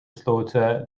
slaughter